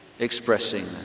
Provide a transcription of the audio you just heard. expressing